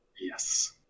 Yes